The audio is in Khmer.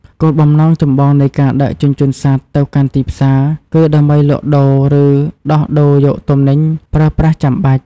គោលបំណងចម្បងនៃការដឹកជញ្ជូនសត្វទៅកាន់ទីផ្សារគឺ ដើម្បីលក់ដូរ ឬដោះដូរយកទំនិញប្រើប្រាស់ចាំបាច់។